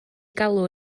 galw